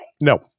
No